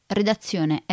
redazione